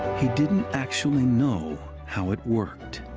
he didn't actually know how it worked.